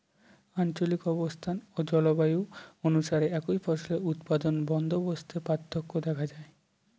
আঞ্চলিক অবস্থান ও জলবায়ু অনুসারে একই ফসলের উৎপাদন বন্দোবস্তে পার্থক্য দেখা যায়